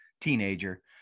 teenager